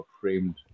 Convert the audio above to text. framed